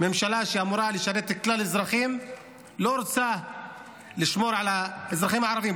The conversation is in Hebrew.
ממשלה שאמורה לשרת את כלל האזרחים לא רוצה לשמור על האזרחים הערבים,